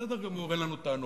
בסדר גמור, אין לנו טענות.